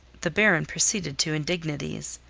the baron proceeded to indignities.